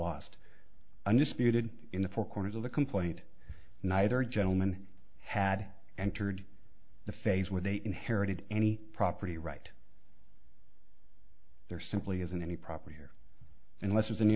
ost undisputed in the four corners of the complaint neither gentleman had entered the phase where they inherited any property right there simply isn't any property here unless its any